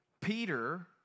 Peter